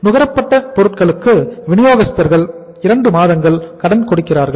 நுகரப்பட்ட பொருட்களுக்கு வினியோகஸ்தர்கள் 2 மாதங்கள் கடன் கொடுக்கிறார்கள்